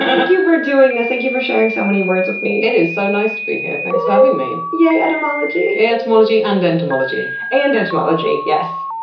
thank you for doing this. thank you for sharing so many words with me. it is so nice to be here. thanks for having me. yay etymology! yay etymology and entomology. and entomology, yes.